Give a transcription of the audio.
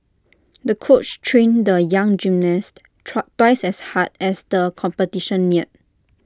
the coach trained the young gymnast trust twice as hard as the competition neared